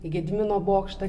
į gedimino bokštą